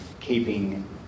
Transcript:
keeping